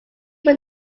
were